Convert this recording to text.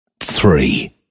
three